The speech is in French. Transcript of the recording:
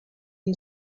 une